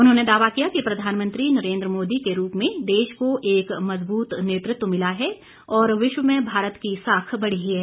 उन्होंने दावा किया कि प्रधानमंत्री नरेन्द्र मोदी के रूप में देश को एक मजबूत नेतृत्व मिला है और विश्व में भारत की साख बढ़ी है